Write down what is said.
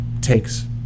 takes